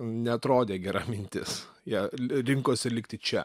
neatrodė gera mintis jie rinkosi likti čia